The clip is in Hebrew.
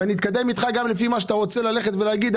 אני אתקדם איתך גם לפי מה שאתה רוצה ללכת ולהגיד,